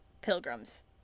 pilgrims